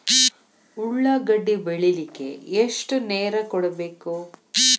ಉಳ್ಳಾಗಡ್ಡಿ ಬೆಳಿಲಿಕ್ಕೆ ಎಷ್ಟು ನೇರ ಕೊಡಬೇಕು?